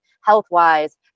health-wise